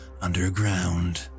underground